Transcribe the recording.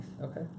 Okay